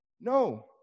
no